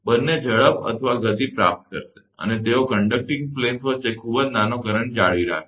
બંને ઝડપ અથવા ગતિ પ્રાપ્ત કરશે અને તેઓ કંડકટીંગ પ્લેનસ વચ્ચે ખૂબ જ નાનો કરંટ જાળવી રાખે છે